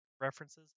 references